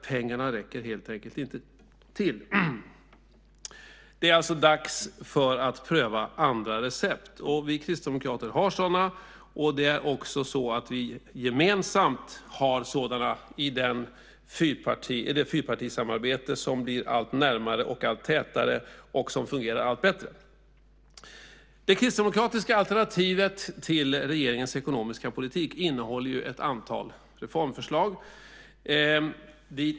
Pengarna räcker helt enkelt inte till. Det är alltså dags att pröva andra recept. Vi kristdemokrater har sådana. Vi har gemensamt sådana i det fyrapartisamarbete som blir allt närmare, tätare och fungerar allt bättre. Det kristdemokratiska alternativet till regeringens ekonomiska politik innehåller ett antal reformförslag.